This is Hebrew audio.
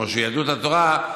כמו יהדות התורה,